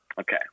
Okay